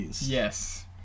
Yes